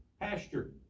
pasture